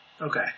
Okay